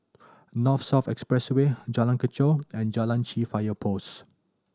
North South Expressway Jalan Kechot and Chai Chee Fire Post